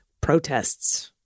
protests